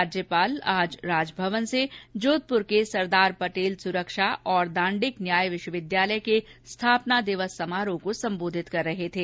राज्यपाल आज राजभवन से जोधपुर के सरदार पटेल पुलिस सुरक्षा और दाण्डिक न्याय विश्वविद्यालय के स्थापना दिवस समारोह को संबोधित कर रहे थे